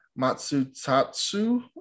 Matsutatsu